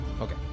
okay